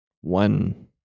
One